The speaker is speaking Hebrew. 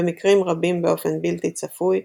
במקרים רבים באופן בלתי צפוי,